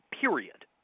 Period